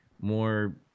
more